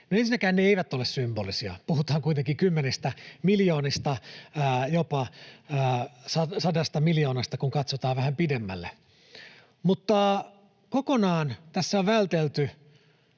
ensinnäkään ne eivät ole symbolisia. Puhutaan kuitenkin kymmenistä miljoonista, jopa sadasta miljoonasta, kun katsotaan vähän pidemmälle. Kokonaan tässä on myös vältelty